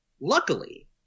luckily